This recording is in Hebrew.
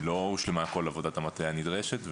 לא הושלמה כל עבודת המטה הנדרשת,